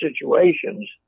situations